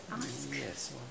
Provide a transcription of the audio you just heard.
Yes